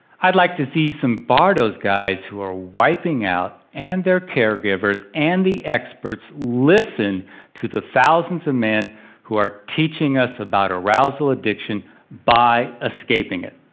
i'd like to see zimbardo's guys who are wiping out and their caregivers and the experts listen to the thousands of men who are teaching us about arousal addiction by escaping it.